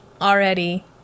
already